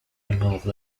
remove